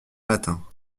matins